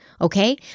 okay